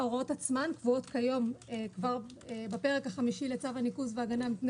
ההוראות עצמן קבועות כיום כבר בפרק החמישי לצו הניקוז וההגנה מפני